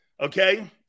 Okay